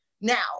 Now